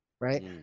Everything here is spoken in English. right